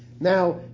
now